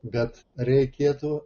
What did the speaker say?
bet reikėtų